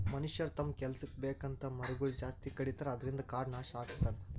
ಮನಷ್ಯರ್ ತಮ್ಮ್ ಕೆಲಸಕ್ಕ್ ಬೇಕಂತ್ ಮರಗೊಳ್ ಜಾಸ್ತಿ ಕಡಿತಾರ ಅದ್ರಿನ್ದ್ ಕಾಡ್ ನಾಶ್ ಆಗ್ಲತದ್